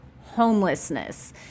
homelessness